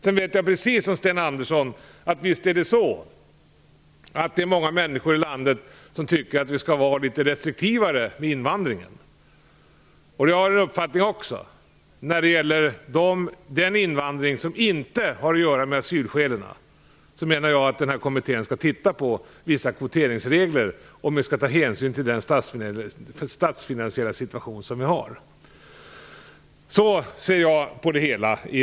Sedan vet jag precis som Sten Andersson att det är många människor i landet som tycker att vi skall vara litet restriktivare med invandringen. Också jag har en uppfattning när det gäller den invandring som inte har att göra med asylskälen. Denna kommitté skall titta på vissa kvoteringsregler och om man skall ta hänsyn till den statsfinansiella situation som vi har. Så ser jag på det hela.